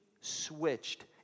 switched